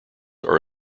are